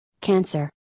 cancer